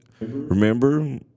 Remember